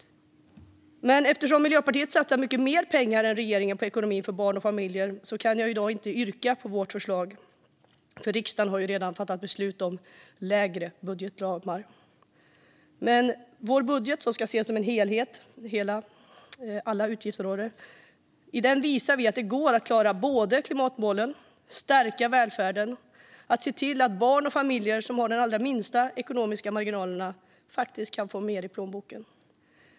Men eftersom Miljöpartiet satsar mycket mer pengar än regeringen på ekonomin för barn och familjer kan jag i dag inte yrka på vårt förslag. Riksdagen har ju redan fattat beslut om lägre budgetramar. Men med vår budget, där alla utgiftsområden ska ses som en helhet, visar vi att det går att både klara klimatmålen, stärka välfärden och se till att de barn och familjer som har de allra minsta ekonomiska marginalerna får mer i plånboken.